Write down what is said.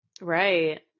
Right